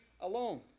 alone